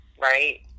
right